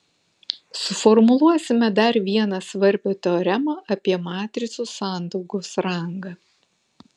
suformuluosime dar vieną svarbią teoremą apie matricų sandaugos rangą